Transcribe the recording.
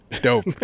Dope